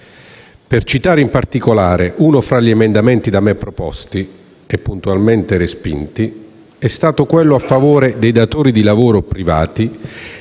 Cito in particolare uno fra gli emendamenti da me proposti, e puntualmente respinti, quello a favore dei datori di lavoro privati